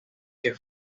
que